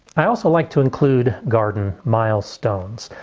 i also like to include garden milestones.